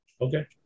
Okay